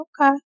Okay